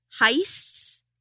Heists